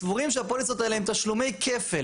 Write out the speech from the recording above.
סבורים שהפוליסות האלה הם תשלומי כפל